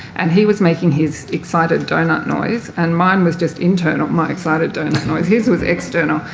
and he was making his excited doughnut noise. and mine was just internal, my excited doughnut noise. his was external.